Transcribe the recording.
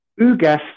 Ugas